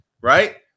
right